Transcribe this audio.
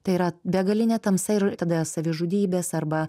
tai yra begalinė tamsa ir tada savižudybės arba